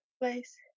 place